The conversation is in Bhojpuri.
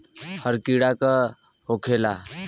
हरा कीड़ा का होखे ला?